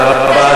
השרה בעד.